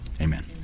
Amen